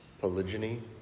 polygyny